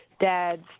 dads